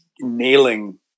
nailing